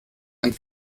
ein